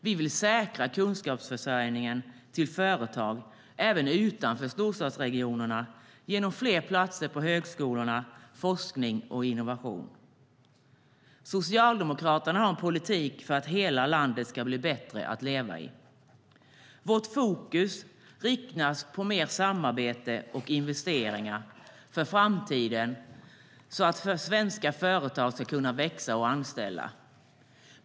Vi vill säkra kunskapsförsörjningen till företag även utanför storstadsregionerna genom fler platser på högskolorna, forskning och innovation. Socialdemokraterna har en politik för att hela landet ska bli bättre att leva i. Vårt fokus riktas mer på samarbete och investeringar för framtiden så att svenska företag ska växa och anställa.